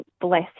bless